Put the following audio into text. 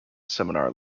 seminar